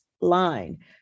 line